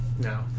no